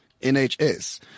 NHS